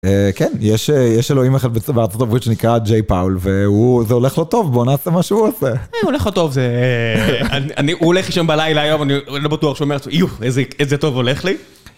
כן, יש אלוהים אחד בארצות הברית שנקרא ג'יי פאול והוא, זה הולך לו טוב, בוא נעשה מה שהוא עושה. אה, הולך לו טוב, זה אה, אני, הוא הולך לשם בלילה היום, אני לא בטוח שהוא אומר, איו, איזה טוב הולך לי.